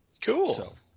Cool